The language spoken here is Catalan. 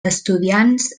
estudiants